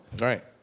Right